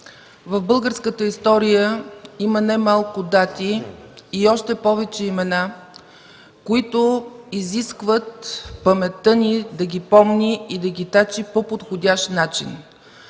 в българската история има немалко дати и още повече имена, които изискват паметта ни да ги помни и тачи по подходящ начин.